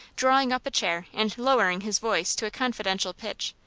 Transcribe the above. drawing up a chair, and lowering his voice to a confidential pitch,